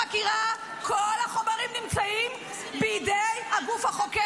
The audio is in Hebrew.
בין הלוחמים לבין ביבי, את בוחרת ביבי.